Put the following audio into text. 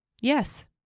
Yes